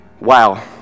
Wow